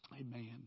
Amen